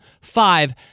Five